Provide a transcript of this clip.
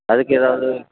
அதுக்கு ஏதாவது